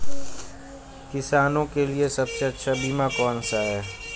किसानों के लिए सबसे अच्छा बीमा कौन सा है?